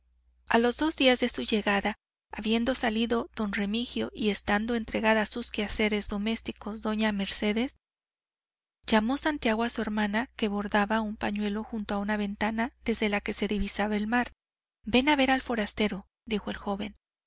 a los dos días de su llegada habiendo salido don remigio y estando entregada a sus quehaceres domésticos doña mercedes llamó santiago a su hermana que bordaba un pañuelo junto a una ventana desde la que se divisaba el mar ven a ver al forastero dijo el joven